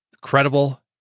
credible